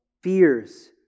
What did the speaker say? Fears